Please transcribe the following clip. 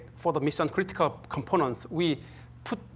for the mission critical components, we put,